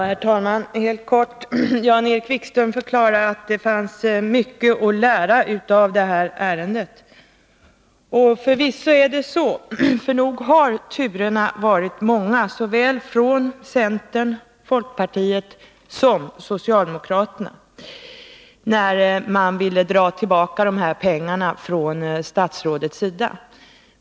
Herr talman! Helt kort: Jan-Erik Wikström förklarade att det fanns mycket att lära av det här ärendet. Och förvisso är det så. Nog har turerna varit många, såväl från centern och folkpartiet som från socialdemokraterna, när statsrådet ville dra tillbaka dessa pengar.